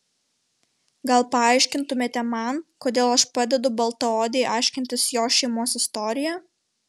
gal paaiškintumėte man kodėl aš padedu baltaodei aiškintis jos šeimos istoriją